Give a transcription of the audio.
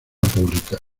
pública